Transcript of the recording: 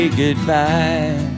goodbye